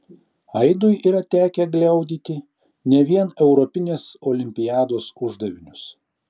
aidui yra tekę gliaudyti ne vien europinės olimpiados uždavinius